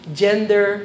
gender